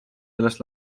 sellest